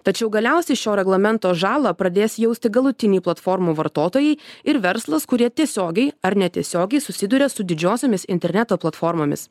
tačiau galiausiai šio reglamento žalą pradės jausti galutiniai platformų vartotojai ir verslas kurie tiesiogiai ar netiesiogiai susiduria su didžiosiomis interneto platformomis